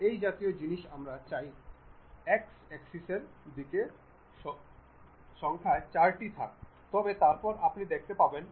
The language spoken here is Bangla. এই জাতীয় জিনিস আমরা চাই x অ্যাক্সিস এর দিকে সংখ্যায় চারটি থাক তবে তারপর আপনি দেখতে পাবেন 1 2 3 4